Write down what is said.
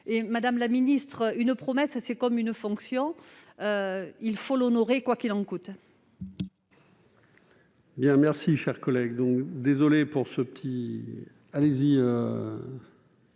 actes, car une promesse c'est comme une fonction : il faut l'honorer quoi qu'il en coûte